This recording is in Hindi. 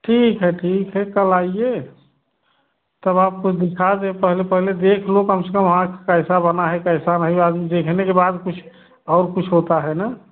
ठीक है ठीक है कल आइए तब आपको दिखा दें पहले पहले देख लो कम से कम तब हाँ कि कैसा बना है कैसा नहीं आदमी देखने के बाद कुछ और कुछ होता है ना